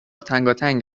تنگاتنگ